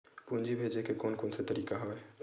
पूंजी भेजे के कोन कोन से तरीका हवय?